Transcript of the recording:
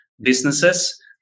businesses